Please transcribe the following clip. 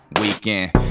weekend